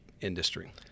industry